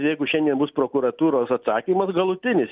jeigu šiandien bus prokuratūros atsakymas galutinis